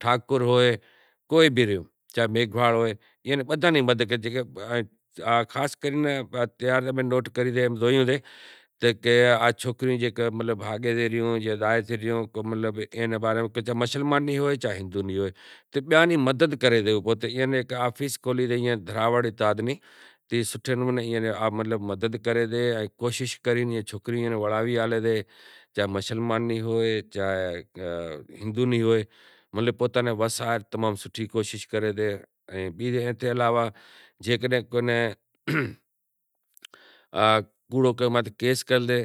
ٹھاکر ہوئے میگھواڑ ہوئے جاں پارکری ہوئے اینا بدہاں نی مدد کرے خاص کرے میں نوٹ کرے زویوں سے کہ سوکریوں زکو بھاگی ریوں تو چاہے ہندو نی ہوئے جاں مشلمان نیں تو بیئاں نی مدد کرے سے۔ ایئاں نی آفیس کھولی شے دراوڑ اتحاد نی تو سوکریاں نی وڑائی سے تو پوتاں نی سوٹھی کوشش کرے سے۔